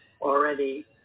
already